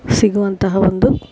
ಸಿಗುವಂತಹ ಒಂದು